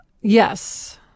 Yes